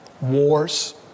Wars